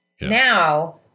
Now